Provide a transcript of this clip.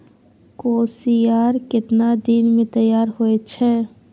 कोसियार केतना दिन मे तैयार हौय छै?